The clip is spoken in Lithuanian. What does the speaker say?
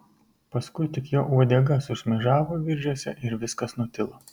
paskui tik jo uodega sušmėžavo viržiuose ir viskas nutilo